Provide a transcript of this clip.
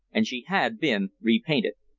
and she had been repainted.